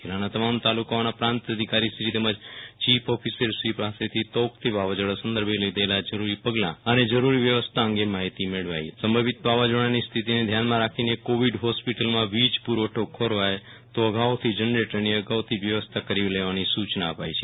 જિલ્લાના તમામ તાલુ કાઓના પ્રાંત અધિકારીશ્રી તૈમજ ચીફ ઓફિસરશ્રી પાસેથી તૌકતે વાવાઝોડા સંદર્ભે લીધેલા જરૂરી પગલાં મેળવી હતી સંભવિત વાવાઝોડાની સ્થિતીને ધ્યાનમાં રાખીને કોવિડ હોસ્પિટલ્સમાં વિજણ પૂ રવઠી ખોરવાય તો અગાઉથી જનરેટરની અગાઉથી જ વ્યવસ્થા કરી લેવાની સુ યનો અપાઈ છે